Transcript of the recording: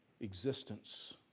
existence